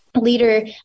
leader